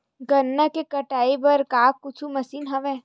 गन्ना के कटाई बर का कुछु मशीन हवय?